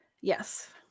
yes